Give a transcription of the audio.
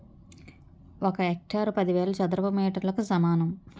ఒక హెక్టారు పదివేల చదరపు మీటర్లకు సమానం